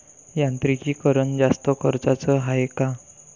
यांत्रिकीकरण जास्त खर्चाचं हाये का?